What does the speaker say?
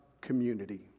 community